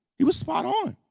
he was spot on.